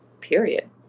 period